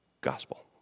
Gospel